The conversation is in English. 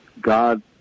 God